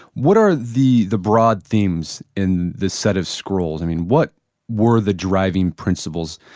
what are the the broad themes in this set of scrolls? i mean, what were the driving principles?